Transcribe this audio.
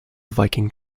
viking